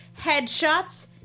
headshots